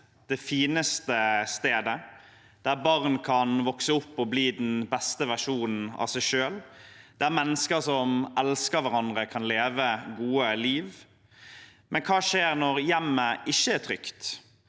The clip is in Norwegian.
det fineste stedet, der barn kan vokse opp og bli den beste versjonen av seg selv, der mennesker som elsker hverandre, kan leve et godt liv. Men hva skjer når hjemmet ikke er trygt,